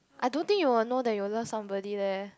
I don't think you will know that your love somebody leh